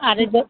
अरे दो